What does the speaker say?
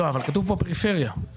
אבל כתוב כאן "פריפריה".